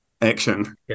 action